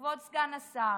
כבוד סגן השר,